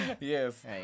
Yes